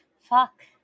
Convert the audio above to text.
Fuck